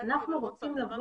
אני הצעתי לומר "אינו